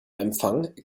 empfang